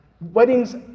Weddings